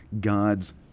God's